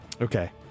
Okay